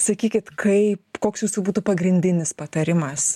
sakykit kaip koks jūsų būtų pagrindinis patarimas